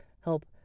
help